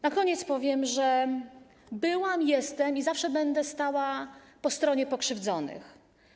Na koniec powiem, że byłam, jestem i zawsze będę po stronie pokrzywdzonych.